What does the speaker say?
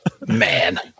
Man